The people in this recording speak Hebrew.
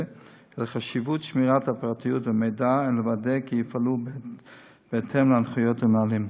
ולחשיבות שמירת הפרטיות והמידע ולוודא כי יפעלו בהתאם להנחיות ולנהלים.